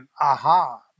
aha